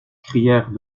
crièrent